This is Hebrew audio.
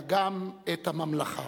אלא גם את הממלכה.